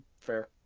Fair